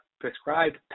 prescribed